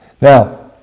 Now